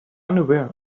unaware